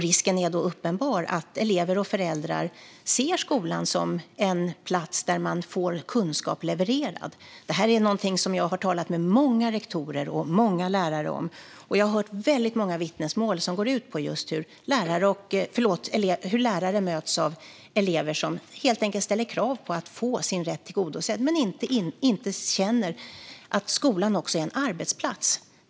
Risken är då uppenbar att elever och föräldrar ser skolan som en plats där man får kunskap levererad. Detta är någonting som jag har talat med många rektorer och många lärare om, och jag har hört många vittnesmål som just går ut på att lärare möts av elever som helt enkelt ställer krav på att få sin rätt tillgodosedd men inte känner att skolan också är en arbetsplats.